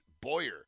Boyer